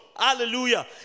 Hallelujah